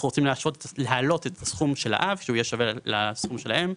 אנחנו רוצים להעלות את הסכום של האב כך שיהיה שווה לסכום של האם.